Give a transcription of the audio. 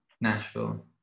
Nashville